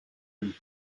him